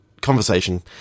conversation